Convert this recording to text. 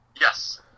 Yes